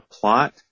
plot